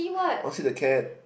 want see the cat